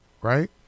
right